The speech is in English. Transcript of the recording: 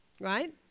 right